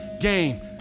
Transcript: game